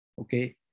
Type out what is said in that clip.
okay